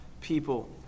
people